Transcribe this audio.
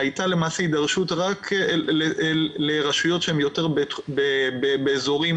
הייתה הידרשות לרשויות שהן יותר באזורים